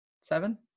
Seven